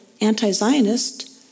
anti-Zionist